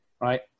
Right